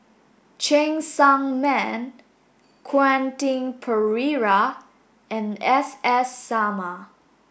Cheng Tsang Man Quentin Pereira and S S Sarma